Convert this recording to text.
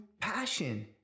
passion